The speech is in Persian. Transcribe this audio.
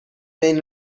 بین